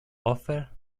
other